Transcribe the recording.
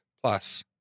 plus